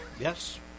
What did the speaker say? Yes